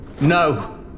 No